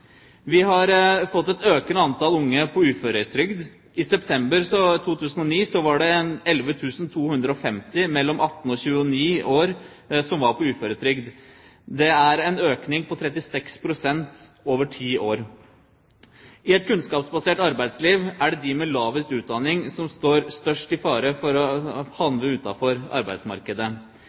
Vi har fått et økende antall unge på uføretrygd. I september 2009 var 11 250 mellom 18 og 29 år på uføretrygd. Det er en økning på 36 pst. over ti år. I et kunnskapsbasert arbeidsliv er det de med lavest utdanning som står i størst fare for å havne utenfor arbeidsmarkedet.